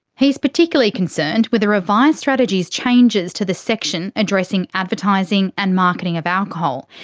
he's particularly concerned with the revised strategy's changes to the section addressing advertising and marketing of alcohol.